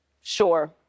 Sure